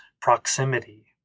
proximity